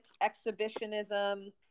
exhibitionism